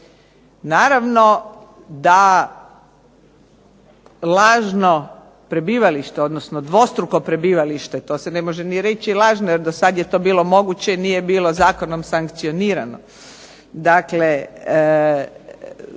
Naravno da lažno prebivalište, odnosno dvostruko prebivalište, to se ne može ni reći lažno jer dosad je to bilo moguće i nije bilo zakonom sankcionirano,